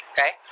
Okay